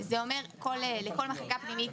זה מאוד יפה, מאוד רומנטי.